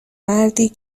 مردی